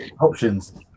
options